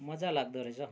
मजा लाग्दोरहेछ